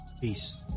Peace